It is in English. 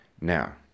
Now